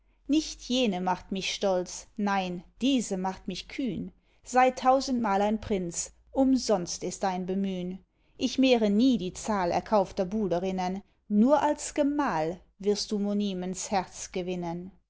nicht jene macht mich stolz nein diese macht mich kühn sei tausendmal ein prinz umsonst ist dein bemühn ich mehre nie die zahl erkaufter buhlerinnen nur als gemahl wirst du monimens herz gewinnen